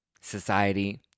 society